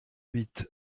huit